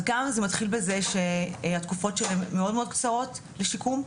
אז זה מתחיל בזה שהתקופות שלהם מאוד מאוד קצרות לשיקום.